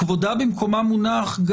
כבודה במקומה מונח.